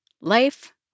life